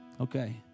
Okay